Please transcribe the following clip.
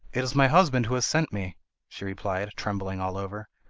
it is my husband who has sent me she replied, trembling all over.